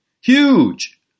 huge